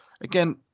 again